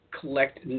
collect